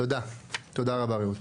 תודה רבה רעות.